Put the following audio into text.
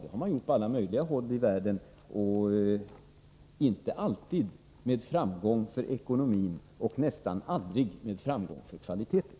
Det har man gjort på alla möjliga håll i världen, och inte alltid med framgång för ekonomin och nästan aldrig med framgång för kvaliteten.